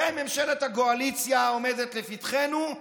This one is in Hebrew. וממשלת הגועליציה העומדת לפתחנו,